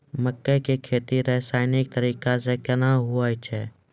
मक्के की खेती रसायनिक तरीका से कहना हुआ छ?